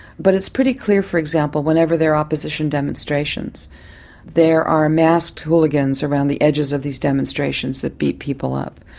but it's pretty clear for example whenever there are opposition demonstrations there are masked hooligans around the edges of these demonstrations that beat people up.